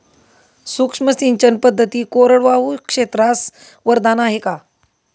सूक्ष्म सिंचन पद्धती कोरडवाहू क्षेत्रास वरदान आहे का?